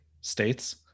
states